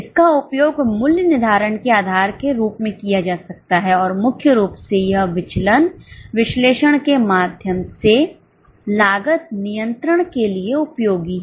इसका उपयोग मूल्य निर्धारण के आधार के रूप में किया जा सकता है और मुख्य रूप से यह विचलन विश्लेषण के माध्यम से लागत नियंत्रण के लिए उपयोगी है